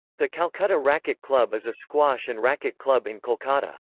the calcutta racket club is a squash and racquet club in kolkata.